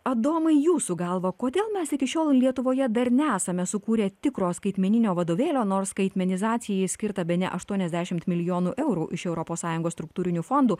adomai jūsų galva kodėl mes iki šiol lietuvoje dar nesame sukūrę tikro skaitmeninio vadovėlio nors skaitmenizacijai skirta bene aštuoniasdešimt milijonų eurų iš europos sąjungos struktūrinių fondų